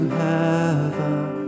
heaven